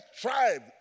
tribe